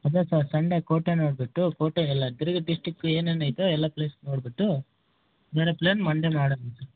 ಅದೇ sir Sunday ಕೋಟೆ ನೋಡಿಬಿಟ್ಟು ಕೋಟೆ ಎಲ್ಲ ತಿರುಗಿ ಡಿಸ್ಟಿಕ್ ಏನೇನು ಐತೊ ಎಲ್ಲ ಪ್ಲೇಸ್ ನೋಡಿಬಿಟ್ಟು ಬೇರೆ ಪ್ಲ್ಯಾನ್ ಮಂಡೇ ಮಾಡೋಣ ಸರ್